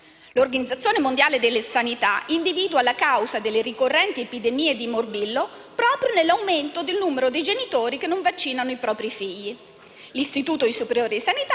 L'Organizzazione mondiale della sanità individua la causa delle ricorrenti epidemie di morbillo proprio nell'aumento del numero dei genitori che non vaccinano i propri figli. L'Istituto superiore di sanità